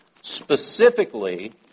specifically